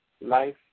life